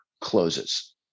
closes